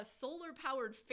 solar-powered